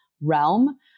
realm